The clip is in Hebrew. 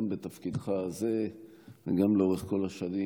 גם בתפקידך הזה וגם לאורך כל השנים,